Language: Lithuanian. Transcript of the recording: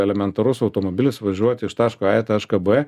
elementarus automobilis važiuot iš taško a į tašką b